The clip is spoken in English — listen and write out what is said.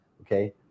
Okay